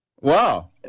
Wow